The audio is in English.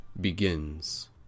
begins